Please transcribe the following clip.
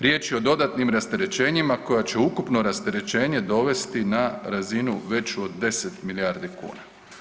Riječ je o dodatnim rasterećenjima koja će ukupno rasterećenje dovesti na razinu veću od 10 milijardi kuna.